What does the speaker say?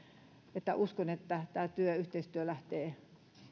uskon että tämä työ yhteistyö lähtee